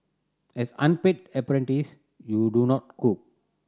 as unpaid apprentice you do not cook